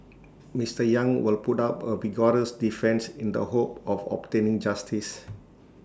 Mister yang will put up A vigorous defence in the hope of obtaining justice